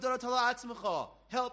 help